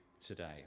today